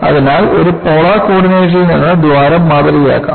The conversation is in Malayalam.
അതിനാൽ ഒരു പോളാർ കോർഡിനേറ്റിൽ നിന്ന് ദ്വാരം മാതൃകയാക്കാം